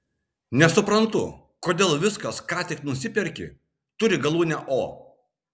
nesuprantu kodėl viskas ką tik nusiperki turi galūnę o